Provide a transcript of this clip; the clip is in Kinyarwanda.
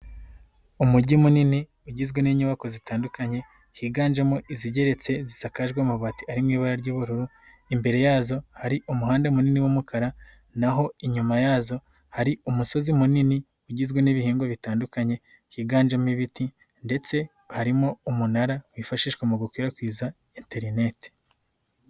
Umujyi munini ugizwe n'inyubako zitandukanye, higanjemo izigeretse zisakajwe amabati ari mu ibara ry'ubururu, imbere yazo hari umuhanda munini w'umukara, naho inyuma yazo hari umusozi munini ugizwe n'ibihingwa bitandukanye, higanjemo ibiti ndetse harimo umunara wifashishwa mu gukwirakwiza interineti.